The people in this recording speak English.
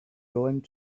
going